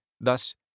thus